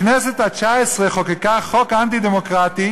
הכנסת התשע-עשרה חוקקה חוק אנטי-דמוקרטי